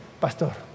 Pastor